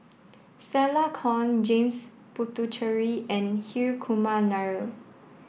Stella Kon James Puthucheary and Hri Kumar Nair